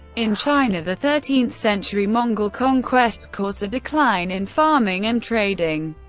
in china, the thirteenth century mongol conquest caused a decline in farming and trading.